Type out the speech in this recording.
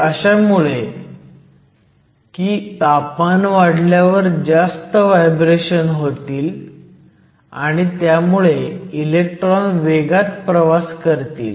हे अशामुळे की तापमान वाढल्यावर जास्त व्हायब्रेशन होतील आणि त्यामुळे इलेक्ट्रॉन वेगात प्रवास करतील